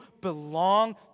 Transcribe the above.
belong